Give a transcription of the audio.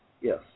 yes